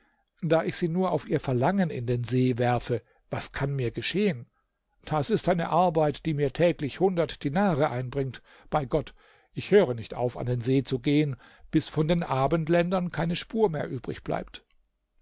da ich sie nur auf ihr verlangen in den see werfe was kann mir geschehen das ist eine arbeit dir mir täglich hundert dinare einbringt bei gott ich höre nicht auf an den see zu geben bis von den abendländern keine spur mehr übrig bleibt